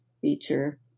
feature